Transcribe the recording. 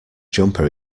jumper